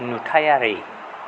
नुथायारि